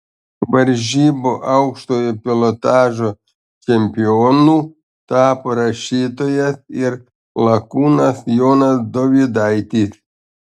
varžybų aukštojo pilotažo čempionu tapo rašytojas ir lakūnas jonas dovydaitis